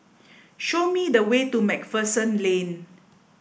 show me the way to MacPherson Lane